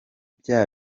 bya